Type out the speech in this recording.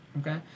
Okay